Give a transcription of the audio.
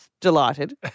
Delighted